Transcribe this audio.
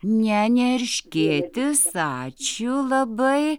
ne ne erškėtis ačiū labai